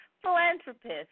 philanthropist